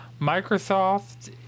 Microsoft